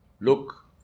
look